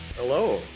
Hello